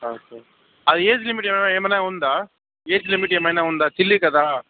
okay అది age limit ఏమన ఏమన్నా ఉందా ఏజ్ లిమిట్ ఏమైనా ఉందా చిల్లీ కదా